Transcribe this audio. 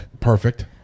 Perfect